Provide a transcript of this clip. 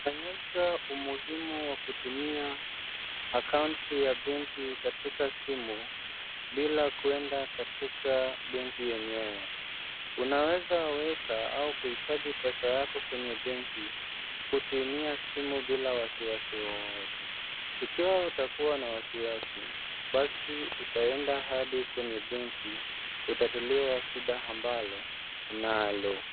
Onyesho umuhimu wa kutumia akaunti ya benki katika simu bila kwenda katika benki yenyewe. Unaweza weka au kuhifadhi pesa yako kwenye benki kutumia simu bila wasiwasi wowote. Ikiwa utakuwa na wasiwasi, basi utaenda hadi kwenye benki kutatatuliwa shida ambalo unalo.